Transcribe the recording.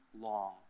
long